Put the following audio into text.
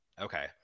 Okay